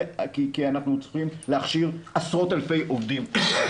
כי אנחנו צריכים להכשיר עשרות אלפי עובדים.